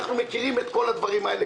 אנחנו מכירים את כל הדברים האלה.